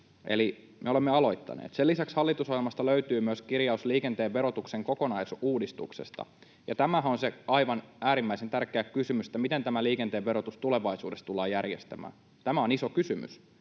Eli me olemme aloittaneet. Sen lisäksi hallitusohjelmasta löytyy myös kirjaus liikenteen verotuksen kokonaisuudistuksesta, ja tämähän on se aivan äärimmäisen tärkeä kysymys, että miten tämä liikenteen verotus tulevaisuudessa tullaan järjestämään. Tämä on iso kysymys,